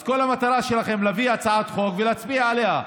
אז כל המטרה שלכם היא להביא הצעת חוק ולהצביע עליה,